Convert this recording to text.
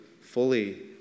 fully